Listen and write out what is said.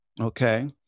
Okay